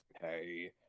Hey